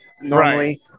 normally